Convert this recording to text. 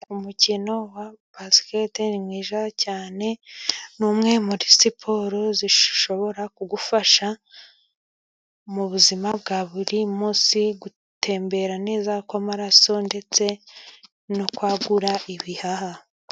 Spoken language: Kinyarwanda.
Umukino wa basikete mwiza cyane , ni umwe muri siporo zishobora kugufasha mu buzima bwa buri munsi gutembera neza kw'amaraso, ndetse no kwagura ibihaha.